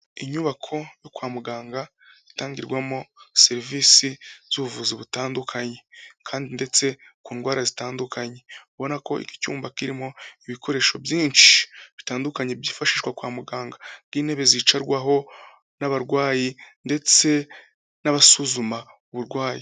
Inyubako yo kwa muganga itangirwamo serivisi z'ubuvuzi butandukanye, kandi ndetse ku ndwara zitandukanye, ubona ko iki cyumba kirimo ibikoresho byinshi bitandukanye byifashishwa kwa muganga nk'intebe zicarwaho n'abarwayi ndetse n'abasuzuma uburwayi.